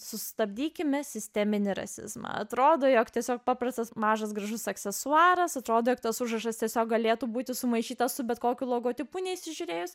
sustabdykime sisteminį rasizmą atrodo jog tiesiog paprastas mažas gražus aksesuaras atrodo tas užrašas tiesiog galėtų būti sumaišytas su bet kokiu logotipu neįsižiūrėjęs